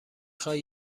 خوای